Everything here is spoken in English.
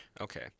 Okay